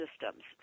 systems